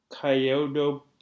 Kyoto